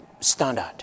standard